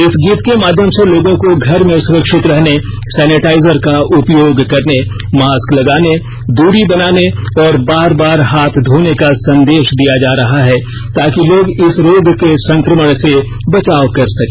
इस गीत के माध्यम से लोगों को घर में सुरक्षित रहने सैनिटाइजर का उपयोग करने मास्क लगाने दूरी बनाने और बार बार हाथ धोने का संदेष दिया जा रहा है ताकि लोग इस रोग के संक्रमण से बचाव कर सके